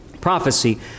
Prophecy